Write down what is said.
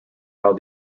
how